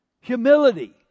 Humility